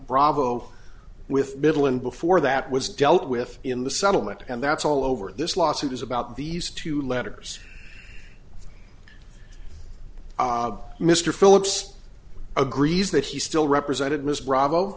bravo with middle and before that was dealt with in the settlement and that's all over this lawsuit is about these two letters mr phillips agrees that he still represented m